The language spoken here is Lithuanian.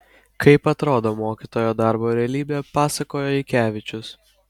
kaip atrodo mokytojo darbo realybė pasakojo eikevičius